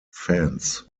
fans